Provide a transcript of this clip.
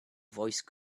voice